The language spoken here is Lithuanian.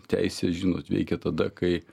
teisė žinot veikia tada kai